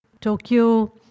Tokyo